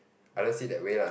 I don't see it that way lah